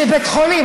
לבית חולים,